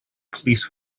police